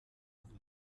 ugly